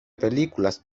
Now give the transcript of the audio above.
películas